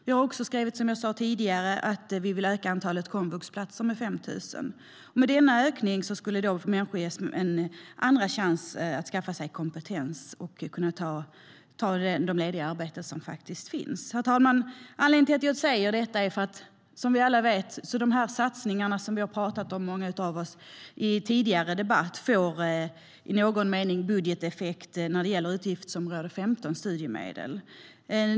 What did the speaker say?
Vi har också, som jag sa tidigare, skrivit att vi vill öka antalet komvuxplatser med 5 000. Med denna utökning skulle människor ges en andra chans att skaffa sig kompetens för att kunna ta de lediga arbeten som finns. Herr talman! Anledningen till att jag säger detta är som vi alla vet att satsningarna som många av oss har talat om tidigare i debatten får budgeteffekt på utgiftsområde 15, Studiestöd.